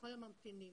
לכל הממתינים.